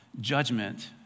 judgment